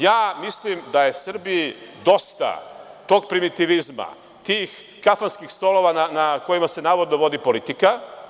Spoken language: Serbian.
Ja mislim da je Srbiji dosta tog primitivizma, tih kafanskih stolova na kojima se navodno vodi politika.